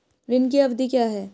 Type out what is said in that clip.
ऋण की अवधि क्या है?